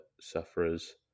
sufferers